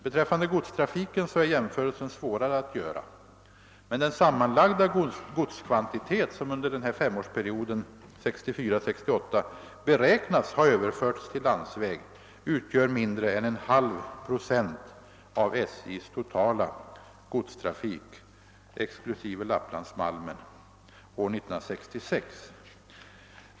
Beträffande godstrafiken är det svårare att göra en sådan jämförelse, men den sammanlagda godskvantitet, som under femårsperioden 1964—1968 beräknas ha blivit överförd till landsvägsbefordran, utgör mindre än en halv procent av SJ:s totala godstrafik exklusive Lapplandsmalmen år 1966.